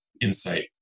insight